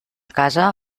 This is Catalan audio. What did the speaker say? casa